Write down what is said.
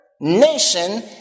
nation